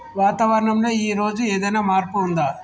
వాతావరణం లో ఈ రోజు ఏదైనా మార్పు ఉందా?